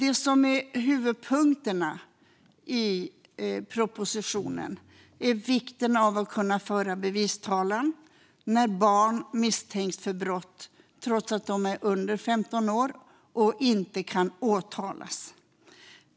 En av huvudpunkterna i propositionen är vikten av att kunna föra bevistalan när barn misstänks för brott trots att de är under 15 år och inte kan åtalas.